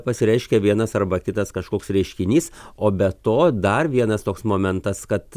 pasireiškia vienas arba kitas kažkoks reiškinys o be to dar vienas toks momentas kad